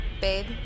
Babe